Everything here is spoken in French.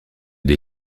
des